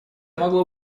могло